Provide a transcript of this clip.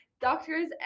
doctors